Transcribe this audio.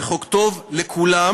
זה חוק טוב לכולם.